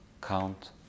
count